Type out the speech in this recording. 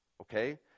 Okay